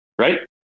Right